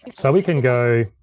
so we can go,